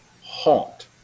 haunt